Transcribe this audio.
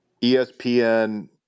ESPN